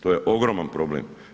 To je ogroman problem.